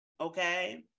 okay